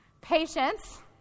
Patience